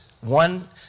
one